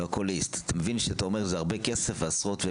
אתה אומר שזה הרבה כסף לעשות,